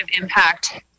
impact